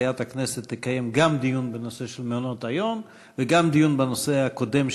מליאת הכנסת תקיים גם דיון בנושא של מעונות היום וגם דיון בנושא הקודם,